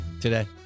today